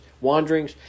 wanderings